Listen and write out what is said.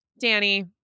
Danny